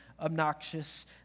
obnoxious